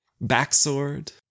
backsword